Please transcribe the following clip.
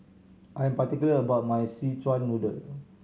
I am particular about my Szechuan Noodle